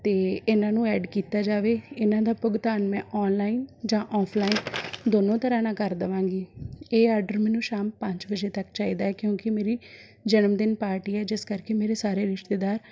ਅਤੇ ਇਹਨਾਂ ਨੂੰ ਐਡ ਕੀਤਾ ਜਾਵੇ ਇਹਨਾਂ ਦਾ ਭੁਗਤਾਨ ਮੈਂ ਔਨਲਾਈਨ ਜਾਂ ਔਫਲਾਈਨ ਦੋਨੋਂ ਤਰ੍ਹਾਂ ਨਾਲ ਕਰ ਦਵਾਂਗੀ ਇਹ ਆਡਰ ਮੈਨੂੰ ਸ਼ਾਮ ਪੰਜ ਵਜੇ ਤੱਕ ਚਾਹੀਦਾ ਹੈ ਕਿਉਂਕਿ ਮੇਰੀ ਜਨਮ ਦਿਨ ਪਾਰਟੀ ਹੈ ਜਿਸ ਕਰਕੇ ਮੇਰੇ ਸਾਰੇ ਰਿਸ਼ਤੇਦਾਰ